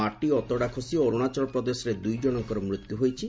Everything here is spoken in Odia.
ମାଟି ଅତଡା ଖସି ଅରୁଣାଚଳ ପ୍ରଦେଶରେ ଦୁଇଜଣଙ୍କର ମୃତ୍ୟୁ ଘଟିଛି